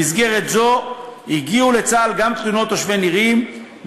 במסגרת זו הגיעו לצה"ל גם תלונות תושבי נירים,